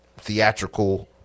theatrical